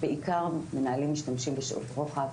בעיקר מנהלים משתמשים בשעות רוחב,